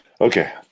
Okay